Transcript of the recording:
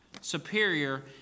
Superior